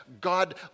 God